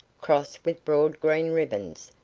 crossed with broad green ribbons,